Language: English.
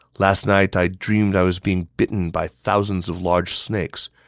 last night i dreamed i was being bitten by thousands of large snakes.